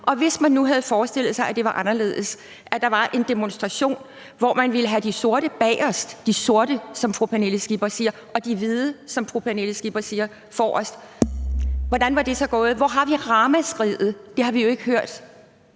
Og hvis man nu forestillede sig, at det var anderledes, nemlig at der var en demonstration, hvor man ville have de sorte, som fru Pernille Skipper siger, bagerst, og de hvide, som fru Pernille Skipper siger, forrest, hvordan var det så gået? Hvor havde der lydt et ramaskrig? Det har vi jo ikke hørt.